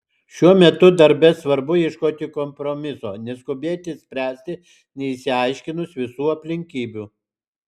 šiuo metu darbe svarbu ieškoti kompromiso neskubėti spręsti neišsiaiškinus visų aplinkybių